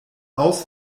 aus